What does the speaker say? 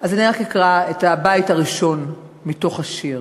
אז אני רק אקרא את הבית הראשון מתוך השיר: